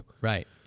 Right